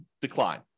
decline